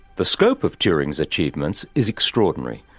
the scope of turing's achievements is extraordinary.